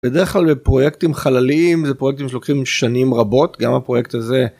בדרך כלל פרויקטים חללים זה פרויקטים שלוקחים שנים רבות גם הפרויקט הזה.